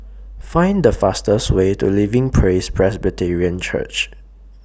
Find The fastest Way to Living Praise Presbyterian Church